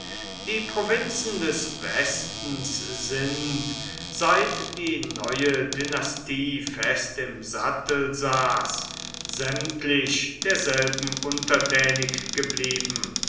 die provinzen des westens sind seit die neue dynastie fest im sattel saß sämtlich derselben untertänig geblieben